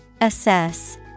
assess